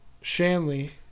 Shanley